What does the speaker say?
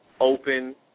open